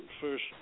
first